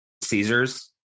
Caesars